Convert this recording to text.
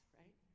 right